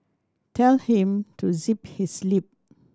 tell him to zip his lip